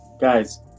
Guys